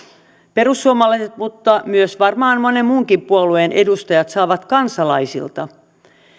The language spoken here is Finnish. perussuomalaiset mutta myös varmaan monen muunkin puolueen edustajat saavat kansalaisilta